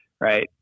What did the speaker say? right